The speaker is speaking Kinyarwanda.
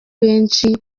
benshi